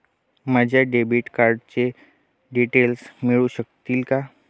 माझ्या डेबिट कार्डचे डिटेल्स मिळू शकतील का?